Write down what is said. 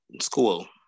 school